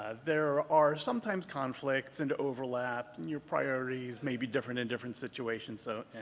ah there are sometimes conflicts, and overlap, your priorities may be different in different situations so,